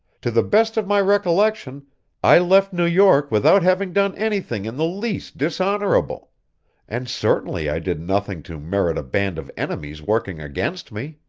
to the best of my recollection i left new york without having done anything in the least dishonorable and certainly i did nothing to merit a band of enemies working against me.